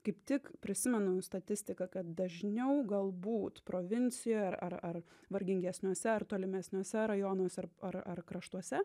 kaip tik prisimenu statistiką kad dažniau galbūt provincijoje ar ar ar vargingesniuose ar tolimesniuose rajonuose ar ar kraštuose